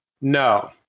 No